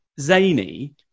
zany